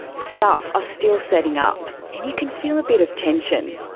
staff are still setting up. and you can feel a bit of tension.